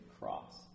cross